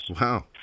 Wow